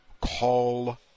call